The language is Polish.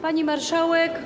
Pani Marszałek!